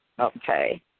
okay